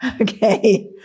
Okay